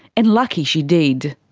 and lucky she did.